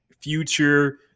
Future